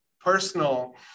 personal